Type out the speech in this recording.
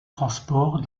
transport